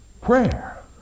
prayer